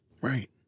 Right